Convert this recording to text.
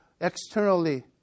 externally